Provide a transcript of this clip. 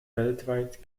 weltweit